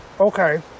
okay